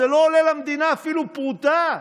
זה לא עולה למדינה אפילו פרוטה.